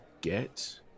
get